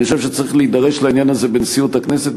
ואני חושב שצריך להידרש לעניין הזה בנשיאות הכנסת,